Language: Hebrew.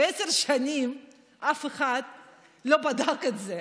בעשר שנים אף אחד לא בדק את זה.